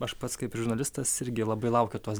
aš pats kaip ir žurnalistas irgi labai laukiu tos